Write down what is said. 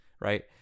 right